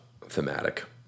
thematic